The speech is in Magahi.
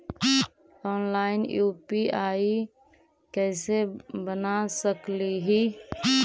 ऑनलाइन यु.पी.आई कैसे बना सकली ही?